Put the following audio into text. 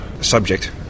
subject